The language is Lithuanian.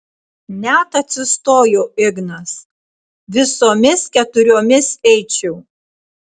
net atsistojo ignas visomis keturiomis eičiau